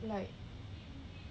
like